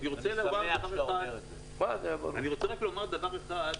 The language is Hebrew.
אני רוצה רק לומר דבר אחד,